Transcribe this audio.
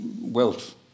wealth